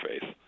faith